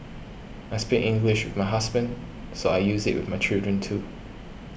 I speak English with my husband so I use it with my children too